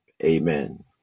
Amen